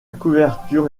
couverture